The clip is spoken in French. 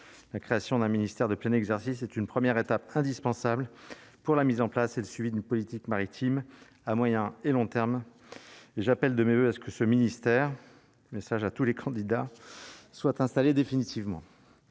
la création d'un ministère de plein exercice, c'est une première étape indispensable pour la mise en place et le suivi d'une politique maritime à moyen et long terme, j'appelle de mes voeux à ce que ce ministère message à tous les candidats soient installer définitivement